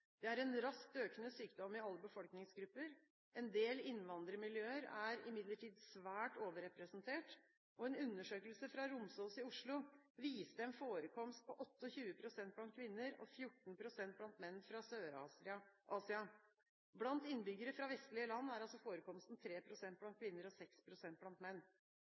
er en raskt økende sykdom i alle befolkningsgrupper. En del innvandrermiljøer er imidlertid svært overrepresentert. En undersøkelse fra Romsås i Oslo viste en forekomst på 28 pst. blant kvinner og 14 pst. blant menn fra Sør-Asia. Blant innbyggere fra vestlige land er forekomsten 3 pst. blant kvinner og 6 pst. blant menn.